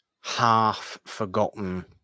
half-forgotten